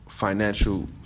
financial